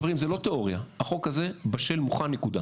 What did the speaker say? חברים, זו לא תיאוריה, החוק הזה בשל ומוכן, נקודה.